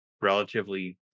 relatively